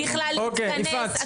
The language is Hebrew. אתם מונעים מהם בכלל להתכנס,